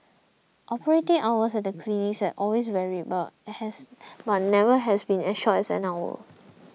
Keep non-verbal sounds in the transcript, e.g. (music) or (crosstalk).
operating hours at the clinics have always varied (unintelligible) but never been as short as an hour